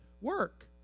work